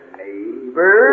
neighbor